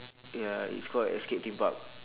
ya it's called escape theme park